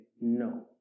no